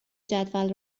جدول